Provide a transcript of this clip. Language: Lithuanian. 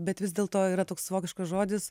bet vis dėlto yra toks vokiškas žodis